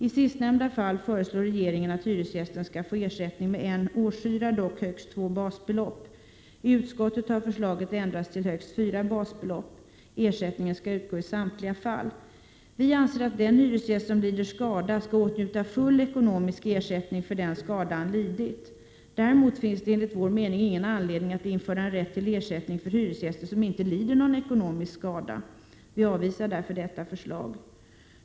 I sistnämnda fall föreslår regeringen att hyresgästen skall få ersättning med en årshyra, dock högst två basbelopp. I utskottet har förslaget ändrats till högst fyra basbelopp. Ersättningen skall utgå i samtliga fall. Vi anser att den hyresgäst som lider skada skall åtnjuta full ekonomisk ersättning för den skada han lidit. Däremot finns det enligt vår mening ingen anledning att införa en rätt till ersättning för hyresgäster som inte lider någon ekonomisk skada. Vi avvisar därför detta förslag.